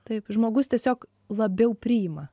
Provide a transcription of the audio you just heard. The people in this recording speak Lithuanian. taip žmogus tiesiog labiau priima